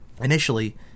Initially